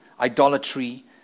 idolatry